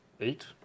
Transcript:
Eight